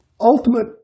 ultimate